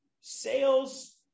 sales